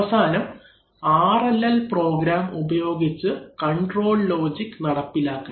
അവസാനം RLL program ഉപയോഗിച്ച് control logic നടപ്പിലാക്കണം